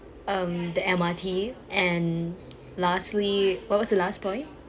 um the M_R_T and lastly what was the last point